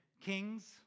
kings